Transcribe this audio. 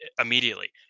immediately